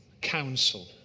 council